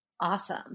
Awesome